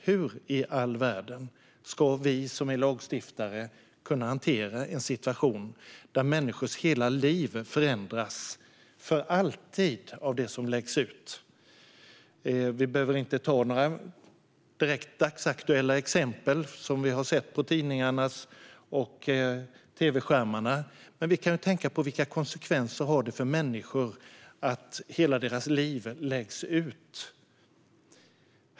Hur i all världen ska vi lagstiftare kunna hantera en situation där människors hela liv förändras för alltid av det som läggs ut? Vi behöver inte direkt ta några dagsaktuella exempel - vi har sett dem i tidningar och på tv-skärmar - men vi kan tänka på vilka konsekvenser det får för människor när hela deras liv läggs ut.